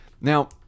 Now